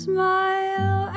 Smile